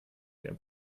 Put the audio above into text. der